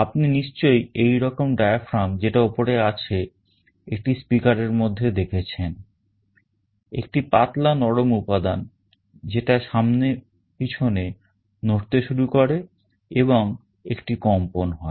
আপনি নিশ্চয়ই এইরকম diaphragm যেটা উপরে আছে একটি speaker এর মধ্যে দেখেছেন একটি পাতলা নরম উপাদান যেটা সামনে পিছনে নড়তে শুরু করে এবং একটি কম্পন হয়